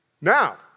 Now